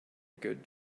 good